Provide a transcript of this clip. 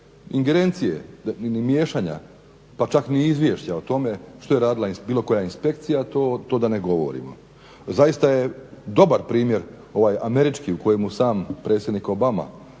ingerencije ili miješanja pa čak ni izvješća o tome što je radila bilo koja inspekcija to da ne govorimo. Zaista je dobar primjer ovaj američki u kojemu sam predsjednik Obama,